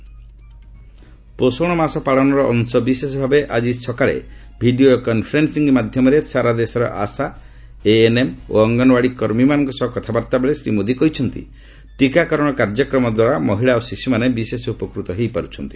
ପୋଷଣ ମାସ ପାଳନର ଅଂଶବିଶେଷ ଭାବେ ଆଜି ସକାଳେ ଭିଡ଼ିଓ କନ୍ଫରେନ୍ଦିଂ ମାଧ୍ୟମରେ ସାରା ଦେଶର ଆଶା ଏଏନ୍ଏମ୍ ଓ ଅଙ୍ଗନବାଡି କର୍ମୀମାନଙ୍କ ସହ କଥାବାର୍ତ୍ତା ବେଳେ ଶ୍ରୀ ମୋଦି କହିଛନ୍ତି ଟୀକାକରଣ କାର୍ଯ୍ୟକ୍ରମ ଦ୍ୱାରା ମହିଳା ଓ ଶିଶୁମାନେ ବିଶେଷ ଉପକୃତ ହୋଇପାର୍ ଚୁଛନ୍ତି